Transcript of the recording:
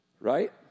right